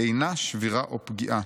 אינה שבירה או פגיעה.